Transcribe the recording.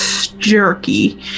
jerky